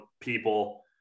people